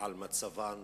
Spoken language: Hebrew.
על מצבן